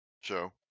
show